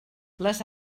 les